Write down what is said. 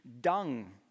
dung